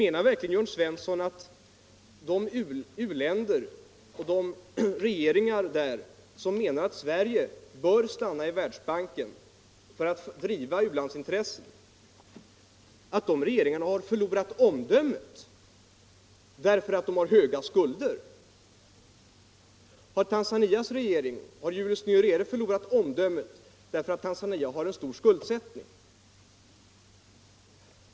Menar verkligen Jörn Svensson att de u-länder och de regeringar som anser att Sverige bör stanna i världsbanken för att driva u-landsintressen har förlorat omdömet därför att de har höga skulder? Har Tanzanias regering med Julius Nyerere förlorat omdömet därför att Tanzania har en stor skuldsättning?